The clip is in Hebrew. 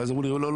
ואז אמרו לי: לא,